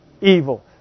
evil